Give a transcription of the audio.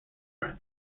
friend